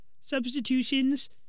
substitutions